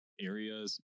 areas